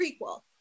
prequel